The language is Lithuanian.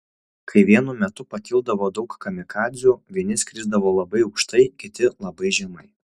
kai vienu metu pakildavo daug kamikadzių vieni skrisdavo labai aukštai kiti labai žemai